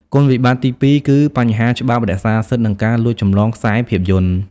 គុណវិបត្តិទីពីរគឺ បញ្ហាច្បាប់រក្សាសិទ្ធិនិងការលួចចម្លងខ្សែភាពយន្ត។